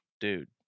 Dude